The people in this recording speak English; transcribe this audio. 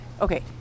Okay